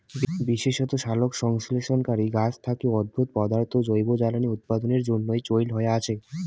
বিশেষত সালোকসংশ্লেষণকারী গছ থাকি উদ্ভুত পদার্থ জৈব জ্বালানী উৎপাদনের জইন্যে চইল হয়া আচে